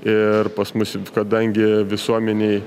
ir pas mus kadangi visuomenėj